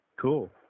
Cool